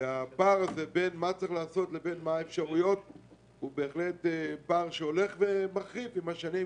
הפער בין מה שצריך לעשות לאפשרויות הוא פער שהולך ומחריף עם השנים.